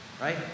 Right